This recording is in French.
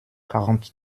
quarante